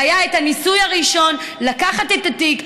והיה את הניסוי הראשון לקחת את התיק,